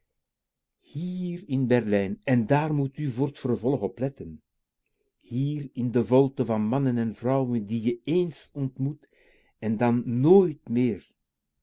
hier in berlijn en daar moet u voor t vervolg op letten hier in de volte van mannen en vrouwen die je eens ontmoet en dan nooit meer